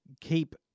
keep